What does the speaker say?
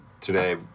today